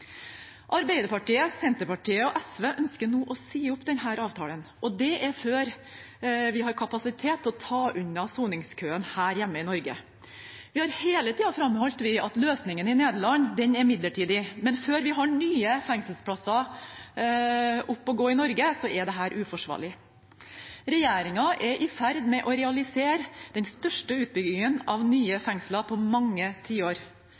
Arbeiderpartiet, Senterpartiet og SV ønsker nå å si opp denne avtalen, og det er før vi har kapasitet til å ta unna soningskøen her hjemme i Norge. Vi har hele tiden framholdt at løsningen i Nederland er midlertidig. Men før vi får nye fengselsplasser opp å gå i Norge, er dette uforsvarlig. Regjeringen er i ferd med å realisere den største utbyggingen av nye fengsler på mange tiår.